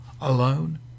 alone